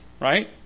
right